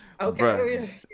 Okay